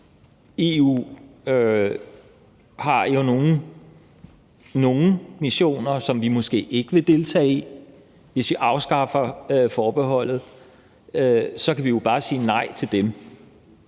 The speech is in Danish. udfører nogle missioner, som vi måske ikke vil deltage i, og hvis vi afskaffer forbeholdet, kan vi bare sige nej til dem.